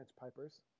pipers